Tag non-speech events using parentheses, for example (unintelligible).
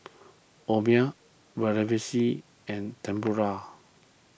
(unintelligible) Vermicelli and Tempura